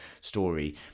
story